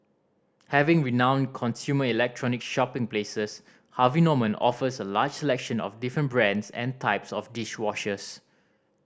having renowned consumer electronics shopping places Harvey Norman offers a largest selection of different brands and types of dish washers